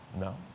No